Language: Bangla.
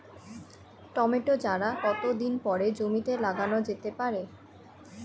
টমেটো চারা কতো দিন পরে জমিতে লাগানো যেতে পারে?